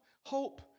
hope